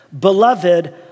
beloved